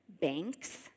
banks